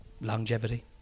longevity